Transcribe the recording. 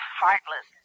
heartless